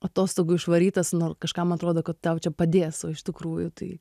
atostogų išvarytas nu kažkam atrodo kad tau čia padės o iš tikrųjų tai